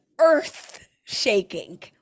earth-shaking